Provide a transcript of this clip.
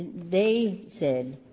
they said,